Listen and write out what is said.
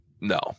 no